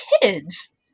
kids